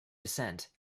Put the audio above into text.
descent